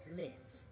lives